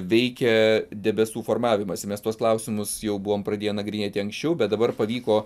veikia debesų formavimąsi mes tuos klausimus jau buvome pradėję nagrinėti anksčiau bet dabar pavyko